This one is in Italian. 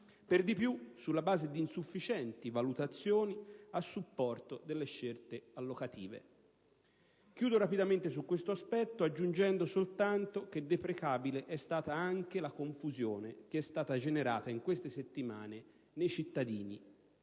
per di più sulla base di insufficienti valutazioni a supporto delle scelte allocative. Chiudo rapidamente su questo aspetto, aggiungendo soltanto che deprecabile è stata anche la confusione generata in queste settimane nei cittadini,